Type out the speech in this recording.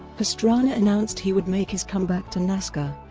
pastrana announced he would make his comeback to nascar,